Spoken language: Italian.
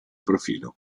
profilo